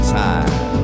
time